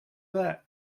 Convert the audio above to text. that